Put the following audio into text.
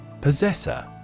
Possessor